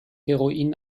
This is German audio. heroin